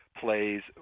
plays